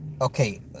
Okay